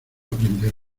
aprender